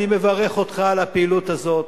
אני מברך אותך על הפעילות הזאת.